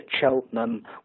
Cheltenham